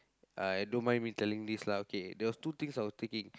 I don't mind me telling this lah there was two things I was thinking